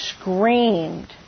screamed